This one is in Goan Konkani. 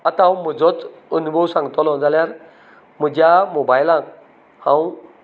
आतां हांव म्हजोच अनुभव सांगतलो जाल्यार म्हज्या मोबायलांक हांव